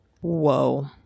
Whoa